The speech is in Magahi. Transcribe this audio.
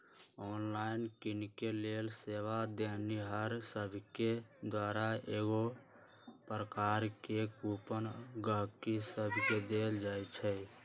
ऑनलाइन किनेके लेल सेवा देनिहार सभके द्वारा कएगो प्रकार के कूपन गहकि सभके देल जाइ छइ